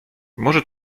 może